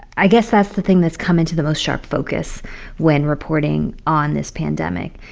i guess that's the thing that's come into the most sharp focus when reporting on this pandemic.